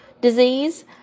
disease